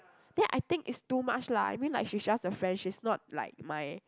then I think it's too much lah I mean like she's just a friend she's not like my